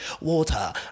Water